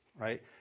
right